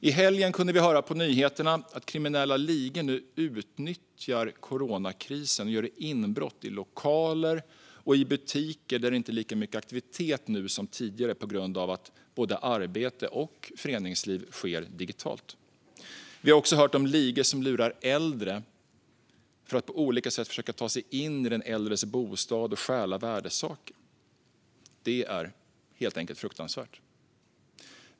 I helgen kunde vi höra på nyheterna att kriminella ligor nu utnyttjar coronakrisen och gör inbrott i lokaler och i butiker där det inte är lika mycket aktivitet nu som tidigare på grund av att både arbete och föreningsliv sker digitalt. Vi har också hört om ligor som lurar äldre för att på olika sätt försöka ta sig in i den äldres bostad och stjäla värdesaker. Det är helt enkelt fruktansvärt.